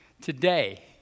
today